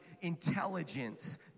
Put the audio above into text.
intelligence